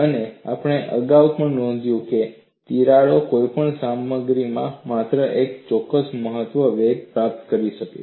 અને આપણે અગાઉ પણ નોંધ્યું છે કે તિરાડો કોઈપણ સામગ્રીમાં માત્ર ચોક્કસ મહત્તમ વેગ પ્રાપ્ત કરી શકે છે